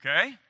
Okay